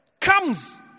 comes